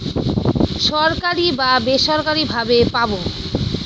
সরকারি বা বেসরকারি ভাবে পাবো